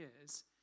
years